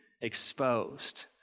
exposed